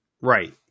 Right